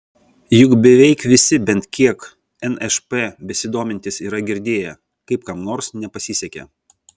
juk beveik visi bent kiek nšp besidomintys yra girdėję kaip kam nors nepasisekė